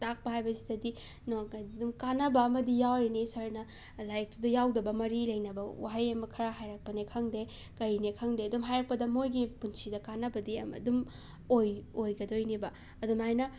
ꯇꯥꯛꯄ ꯍꯥꯏꯕꯁꯤꯗꯗꯤ ꯀꯥꯟꯅꯕ ꯑꯃꯗꯤ ꯌꯥꯎꯔꯤꯅꯤ ꯁꯔꯅ ꯂꯥꯏꯔꯤꯛꯁꯤꯗ ꯌꯥꯎꯗꯕ ꯃꯔꯤ ꯂꯩꯅꯕ ꯋꯥꯍꯩ ꯑꯃ ꯈꯔ ꯍꯥꯏꯔꯛꯄꯅꯦ ꯈꯪꯗꯦ ꯀꯩꯅꯦ ꯈꯪꯗꯦ ꯑꯗꯨꯝ ꯍꯥꯏꯔꯛꯄꯗ ꯃꯣꯏꯒꯤ ꯄꯨꯟꯁꯤꯗ ꯀꯥꯟꯅꯕꯗꯤ ꯑꯃ ꯑꯗꯨꯝ ꯑꯣꯏ ꯑꯣꯏꯒꯗꯣꯏꯅꯦꯕ ꯑꯗꯨꯃꯥꯏꯅ